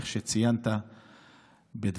כפי שציינת בדבריך,